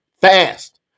fast